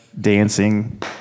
Dancing